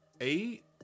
eight